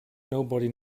nobody